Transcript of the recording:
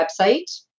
website